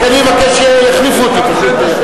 רק, אני מבקש שיחליפו אותי.